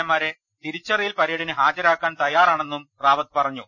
A മാരെ തിരിച്ചറിയൽ പരേ ഡിന് ഹാജരാക്കാൻ തയ്യാറാണെന്നും റാവത്ത് പറഞ്ഞു